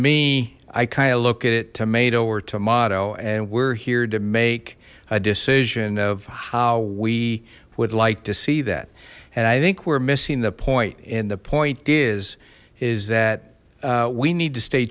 me i kind of look at it tomato or tomato and we're here to make a decision of how we would like to see that and i think we're missing the point and the point is is that we need to stay